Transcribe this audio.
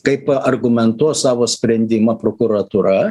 kaip argumentuos savo sprendimą prokuratūra